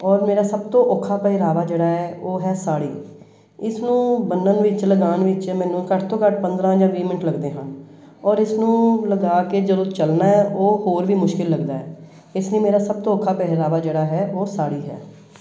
ਔਰ ਮੇਰਾ ਸਭ ਤੋਂ ਔਖਾ ਪਹਿਰਾਵਾ ਜਿਹੜਾ ਹੈ ਉਹ ਹੈ ਸਾੜੀ ਇਸਨੂੰ ਬੰਨਣ ਵਿੱਚ ਲਗਾਉਣ ਵਿੱਚ ਮੈਨੂੰ ਘੱਟ ਤੋਂ ਘੱਟ ਪੰਦਰਾਂ ਜਾਂ ਵੀਹ ਮਿੰਟ ਲੱਗਦੇ ਹਨ ਔਰ ਇਸਨੂੰ ਲਗਾ ਕੇ ਜਦੋਂ ਚੱਲਣਾ ਹੈ ਉਹ ਹੋਰ ਵੀ ਮੁਸ਼ਕਿਲ ਲੱਗਦਾ ਇਸ ਲਈ ਮੇਰਾ ਸਭ ਤੋਂ ਔਖਾ ਪਹਿਰਾਵਾ ਜਿਹੜਾ ਹੈ ਉਹ ਸਾੜੀ ਹੈ